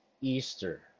Easter